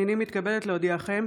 הינני מתכבדת להודיעכם,